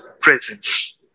presence